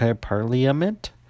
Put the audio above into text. parliament